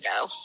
go